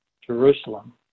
Jerusalem